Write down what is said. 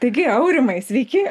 taigi aurimai sveiki